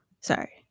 Sorry